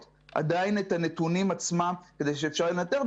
את הנתונים עצמם כדי שאפשר יהיה לנטר,